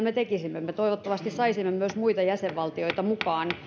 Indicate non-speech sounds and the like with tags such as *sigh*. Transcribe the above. *unintelligible* me tekisimme toivottavasti myös me saisimme muita jäsenvaltioita mukaan